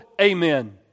amen